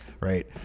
right